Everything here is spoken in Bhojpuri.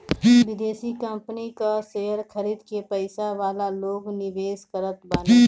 विदेशी कंपनी कअ शेयर खरीद के पईसा वाला लोग निवेश करत बाने